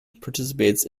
participates